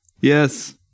Yes